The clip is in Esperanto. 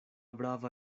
brava